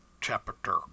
Chapter